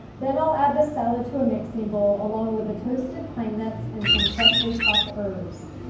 then i'll add the salad to a mixing bowl along with the toasted pine nuts and some freshly chopped herbs.